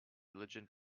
religion